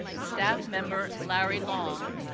staff member larry long,